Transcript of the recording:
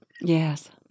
Yes